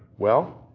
well,